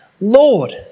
Lord